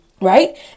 right